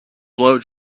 blow